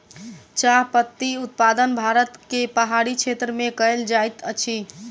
चाह पत्ती उत्पादन भारत के पहाड़ी क्षेत्र में कयल जाइत अछि